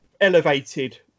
elevated